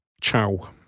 Ciao